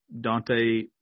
Dante